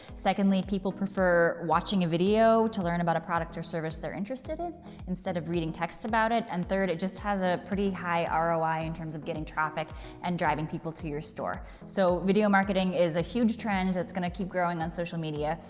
secondly, people prefer watching a video to learn about a product or service they're interested in instead of reading text about it. and third, it just has a pretty high ah roi in terms of getting traffic and driving people to your store. so video marketing is a huge trend that's going to keep on growing on social media.